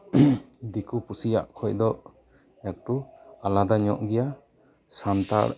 ᱫᱮᱠᱳ ᱯᱩᱥᱤᱭᱟᱜ ᱠᱷᱚᱱ ᱫᱚ ᱮᱠᱴᱩ ᱟᱞᱟᱫᱟᱧᱚᱜ ᱜᱮᱭᱟ ᱥᱟᱱᱛᱟᱲ